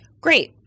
Great